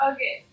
Okay